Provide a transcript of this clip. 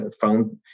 found